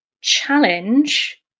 challenge